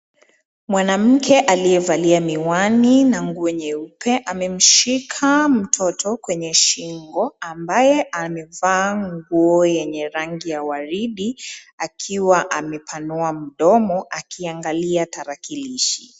Mwanamke aliyevalia miwani na nguo nyeupe ameshika mtoto kwenye shingo ambaye amevaa nguo ya rangi ya waridi akiwa amepanua mdomo akiangalia tarakilishi.